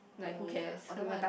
oh ya oh that one I